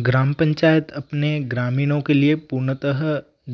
ग्राम पंचायत अपने ग्रामीणों के लिए पूर्णतः